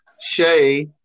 Shay